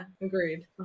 agreed